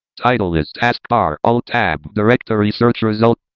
title list. task bar. alt tab. directory. search result.